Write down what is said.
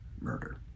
murder